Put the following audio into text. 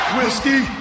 Whiskey